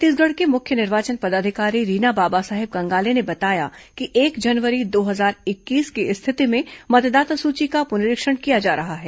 छत्तीसगढ़ की मुख्य निर्वाचन पदाधिकारी रीना बाबा साहेब कंगाले ने बताया कि एक जनवरी दो हजार इक्कीस की स्थिति में मतदाता सूची का पुनरीक्षण किया जा रहा है